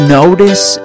notice